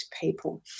people